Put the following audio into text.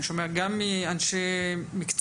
אני שומע גם מאנשי מקצוע,